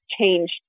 changed